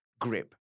grip